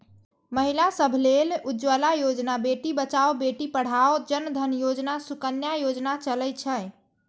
महिला सभ लेल उज्ज्वला योजना, बेटी बचाओ बेटी पढ़ाओ, जन धन योजना, सुकन्या योजना चलै छै